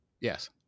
Yes